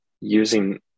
using